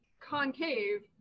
concave